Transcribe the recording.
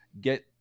get